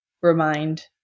remind